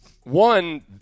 one